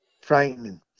frightening